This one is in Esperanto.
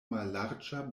mallarĝa